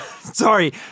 Sorry